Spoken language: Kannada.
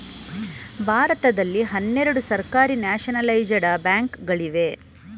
ಭಾರತದಲ್ಲಿ ಹನ್ನೆರಡು ಸರ್ಕಾರಿ ನ್ಯಾಷನಲೈಜಡ ಬ್ಯಾಂಕ್ ಗಳಿವೆ